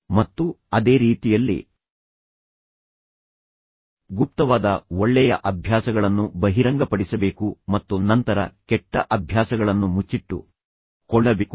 ಆದ್ದರಿಂದ ನೀವು ಅದನ್ನು ಬಹಿರಂಗಪಡಿಸುತ್ತೀರಿ ಅದನ್ನು ಈಗಾಗಲೇ ಮರೆಮಾಡಲಾಗಿದೆ ನೀವು ತರುತ್ತಿರುವುದು ಹೊಸದೇನೂ ಅಲ್ಲ ಮತ್ತು ಅದೇ ರೀತಿಯಲ್ಲಿ ಗುಪ್ತವಾದ ಒಳ್ಳೆಯ ಅಭ್ಯಾಸಗಳನ್ನು ಬಹಿರಂಗಪಡಿಸಬೇಕು ಮತ್ತು ನಂತರ ಕೆಟ್ಟ ಅಭ್ಯಾಸಗಳನ್ನು ಮುಚ್ಚಿಟ್ಟುಕೊಳ್ಳಬೇಕು